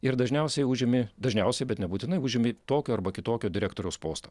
ir dažniausiai užimi dažniausiai bet nebūtinai užimi tokio arba kitokio direktoriaus postą